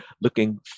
looking